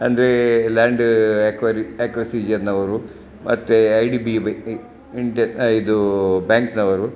ಅಂದರೆ ಲ್ಯಾಂಡ್ ಅಕ್ವೆರಿ ಅಕ್ವೆಸಿಝನ್ ಅವರು ಮತ್ತೆ I D B B Indian ಇದು ಬ್ಯಾಂಕ್ನವರು